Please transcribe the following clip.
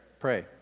pray